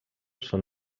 són